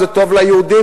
זה טוב ליהודים,